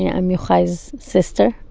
yeah i'm yochai's sister.